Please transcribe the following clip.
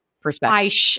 perspective